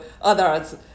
others